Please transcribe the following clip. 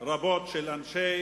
רבות של אנשי